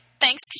Thanks